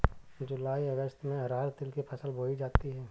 जूलाई अगस्त में अरहर तिल की फसल बोई जाती हैं